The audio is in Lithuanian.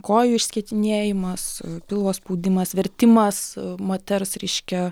kojų išskėtinėjimas pilvo spaudimas vertimas moters reiškia